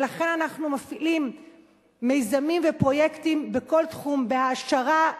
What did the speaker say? ולכן אנחנו מפעילים מיזמים ופרויקטים בכל תחום: בהעשרה,